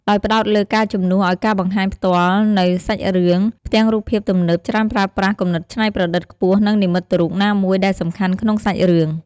ដោយផ្ដោតលើ ការជំនួសឱ្យការបង្ហាញផ្ទាល់នូវសាច់រឿង ផ្ទាំងរូបភាពទំនើបច្រើនប្រើប្រាស់ គំនិតច្នៃប្រឌិតខ្ពស់ និងនិមិត្តរូបណាមួយដែលសំខាន់ក្នុងសាច់រឿង។